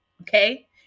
Okay